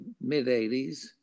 mid-80s